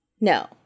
No